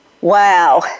Wow